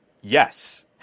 yes